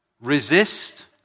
resist